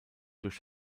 durch